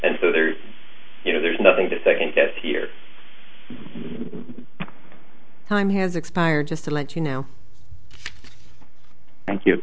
and so there you know there's nothing to second guess here time has expired just to let you know thank you